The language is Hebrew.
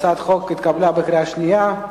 הצעת החוק התקבלה בקריאה שנייה.